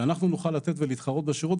שאנחנו נוכל לתת ולהתחרות בשירות.